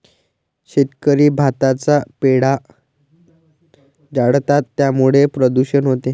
शेतकरी भाताचा पेंढा जाळतात त्यामुळे प्रदूषण होते